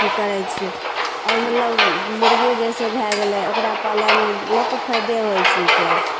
करै छिए आओर मतलब मुरगी जइसे भै गेलै ओकरा पालैमे लोककेँ फायदे होइ छिकै